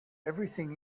everything